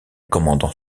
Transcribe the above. commandant